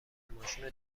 ماشینو